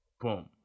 Boom